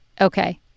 Okay